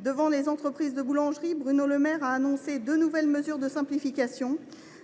Devant les entreprises de boulangerie, Bruno Le Maire a ainsi annoncé deux nouvelles mesures de simplification.